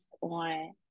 on